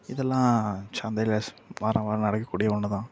இதெல்லாம் சந்தையில் வாரம் வாரம் நடக்கக்கூடிய ஒன்றுதான்